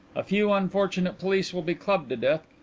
a few unfortunate police will be clubbed to death,